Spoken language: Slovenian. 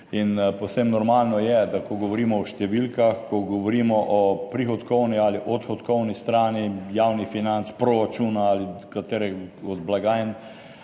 In povsem normalno je, da ko govorimo o številkah, ko govorimo o prihodkovni ali odhodkovni strani javnih financ, proračuna ali katerega od blagajn,